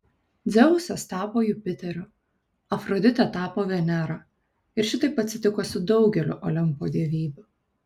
dzeusas tapo jupiteriu afroditė tapo venera ir šitaip atsitiko su daugeliu olimpo dievybių